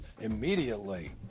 immediately